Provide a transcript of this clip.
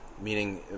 meaning